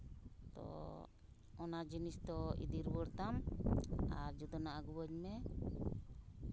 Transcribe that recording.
ᱛᱳ ᱚᱱᱟ ᱡᱤᱱᱤᱥ ᱫᱚ ᱤᱫᱤ ᱨᱩᱣᱟᱹᱲ ᱛᱟᱢ ᱟᱨ ᱡᱩᱫᱟᱹᱱᱟᱜ ᱟᱹᱜᱩᱣᱟᱹᱧ ᱢᱮ